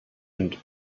and